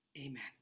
Amen